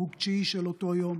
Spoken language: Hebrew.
הרוג תשיעי באותו יום,